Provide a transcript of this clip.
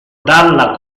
dalla